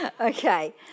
Okay